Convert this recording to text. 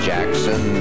Jackson